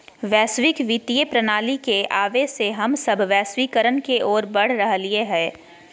वैश्विक वित्तीय प्रणाली के आवे से हम सब वैश्वीकरण के ओर बढ़ रहलियै हें